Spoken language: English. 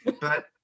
But-